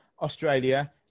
Australia